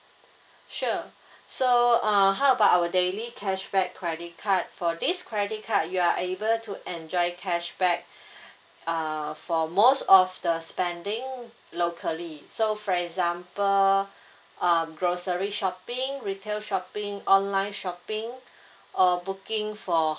sure so uh how about our daily cashback credit card for this credit card you are able to enjoy cashback uh for most of the spending locally so for example um grocery shopping retail shopping online shopping err booking for